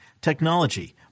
technology